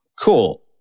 Cool